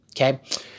Okay